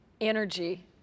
Energy